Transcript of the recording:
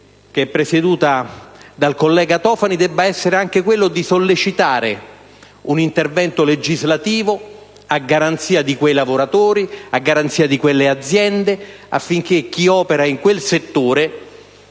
presieduta dal collega Tofani debba essere anche quello di sollecitare un intervento legislativo a garanzia di quei lavoratori e di quelle aziende, affinché chi opera in quel settore